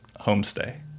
homestay